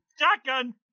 Shotgun